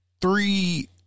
three